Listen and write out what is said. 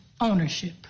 ownership